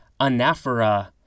anaphora